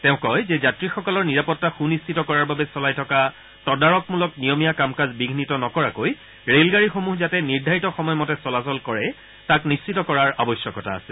তেওঁ কয় যে যাত্ৰীসকলৰ নিৰাপত্তা সূনিশ্চিত কৰাৰ বাবে চলাই থকা তদাৰকমূলক নিয়মীয়া কাম কাজ বিঘিত নকৰাকৈ ৰেলসমূহ যাতে নিৰ্ধাৰিত সময়মতে চলাচল কৰে তাক নিশ্চিত কৰাৰ আৱশ্যকতা আছে